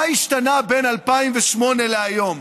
מה השתנה בין 2008 להיום?